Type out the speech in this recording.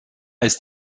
ist